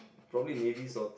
probably navy socks